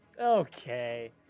Okay